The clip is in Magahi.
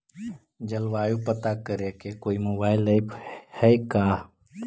जलवायु पता करे के कोइ मोबाईल ऐप है का?